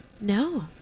No